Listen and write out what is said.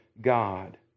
God